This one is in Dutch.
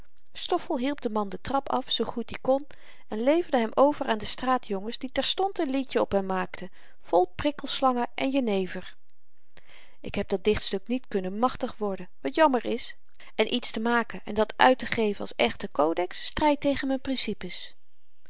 stoffel hielp den man de trap af zoo goed i kon en leverde hem over aan de straatjongens die terstond n liedjen op hem maakten vol prikkelslangen en jenever ik heb dat dichtstuk niet kunnen machtig worden wat jammer is en iets te maken en dat uittegeven als echten codex strydt tegen m'n principes